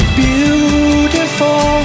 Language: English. beautiful